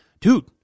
Dude